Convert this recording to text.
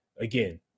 again